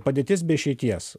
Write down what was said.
padėtis be išeities